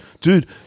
dude